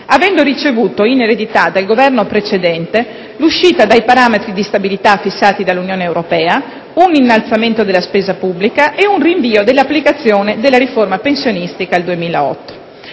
avendo ricevuto in eredità dal Governo precedente l'uscita dai parametri di stabilità fissati dall'Unione europea, un innalzamento della spesa pubblica e un rinvio dell'applicazione della riforma pensionistica al 2008.